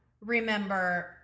Remember